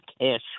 cash